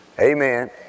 Amen